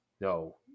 no